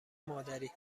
مادری